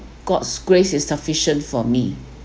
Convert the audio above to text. god's grace is sufficient for me